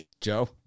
Joe